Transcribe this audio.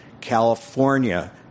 California